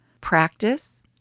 practice